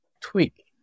tweak